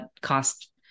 cost